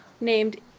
named